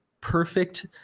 perfect